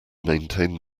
maintain